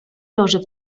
loży